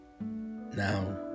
Now